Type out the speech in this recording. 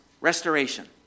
restoration